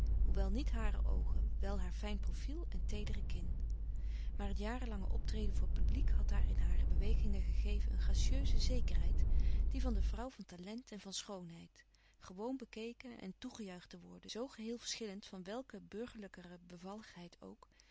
hoewel niet hare oogen wel haar fijn profiel en teedere kin maar het jarenlange optreden voor publiek had haar in hare bewegingen gegeven een gracieuze zekerheid die van de vrouw van talent en van schoonheid gewoon bekeken en toegejuicht te worden zoo geheel verschillend van welke burgerlijkere bevalligheid ook